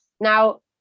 Now